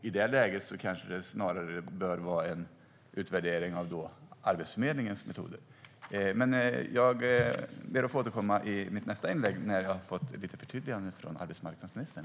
I det läget kanske det snarare bör vara en utvärdering av Arbetsförmedlingens metoder. Jag ber att få återkomma i mitt nästa inlägg när jag har fått lite förtydliganden från arbetsmarknadsministern.